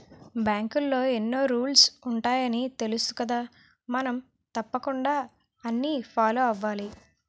బాంకులో ఎన్నో రూల్సు ఉంటాయని తెలుసుకదా మనం తప్పకుండా అన్నీ ఫాలో అవ్వాలి